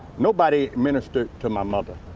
nobody ministered to my mother.